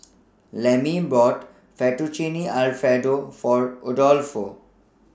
Lemmie bought Fettuccine Alfredo For Adolfo